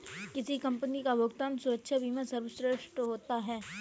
किस कंपनी का भुगतान सुरक्षा बीमा सर्वश्रेष्ठ होता है?